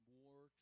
more